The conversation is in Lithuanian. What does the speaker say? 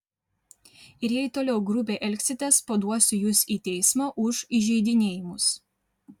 ir jei toliau grubiai elgsitės paduosiu jus į teismą už įžeidinėjimus